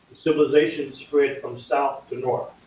civilization spread from south to north,